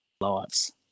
lives